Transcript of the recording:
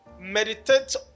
Meditate